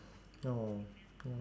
oh